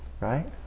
right